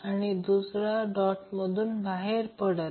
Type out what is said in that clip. तर I0 VR म्हणून I0 0